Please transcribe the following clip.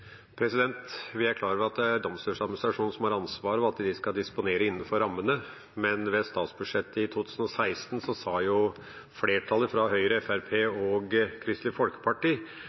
Vi er klar over at det er Domstoladministrasjonen som har ansvaret, og at de skal disponere innenfor rammene. Men ved statsbudsjettet i 2016 sa flertallet fra Høye, Fremskrittspartiet og Kristelig Folkeparti: